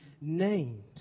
named